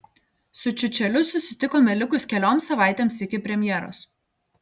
su čiučeliu susitikome likus kelioms savaitėms iki premjeros